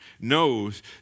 knows